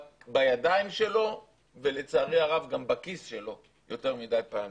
בידיים שלו ולצערי הרב גם בכיס שלו יותר מדי פעמים.